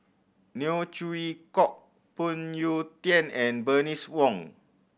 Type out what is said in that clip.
Neo Chwee Kok Phoon Yew Tien and Bernice Wong